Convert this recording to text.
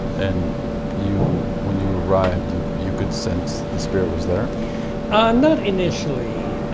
and you when you arrived you you could sense the spirit was there not initially